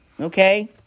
okay